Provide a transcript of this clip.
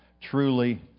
truly